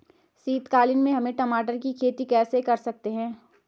शीतकालीन में हम टमाटर की खेती कैसे कर सकते हैं?